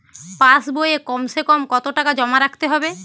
পাশ বইয়ে কমসেকম কত টাকা জমা রাখতে হবে?